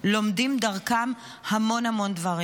לומדים דרכם המון המון דברים.